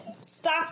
Stop